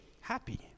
happy